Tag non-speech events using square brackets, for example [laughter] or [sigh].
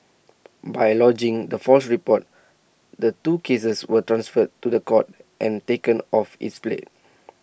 by lodging the false reports the two cases were transferred to the courts and taken off its plate [noise]